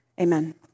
Amen